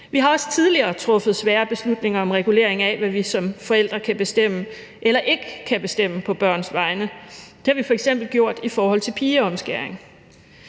Vi har også tidligere truffet svære beslutninger om regulering af, hvad vi som forældre kan bestemme eller ikke kan bestemme på børns vegne – det har vi f.eks. gjort i forhold til pigeomskæring.